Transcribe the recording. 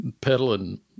peddling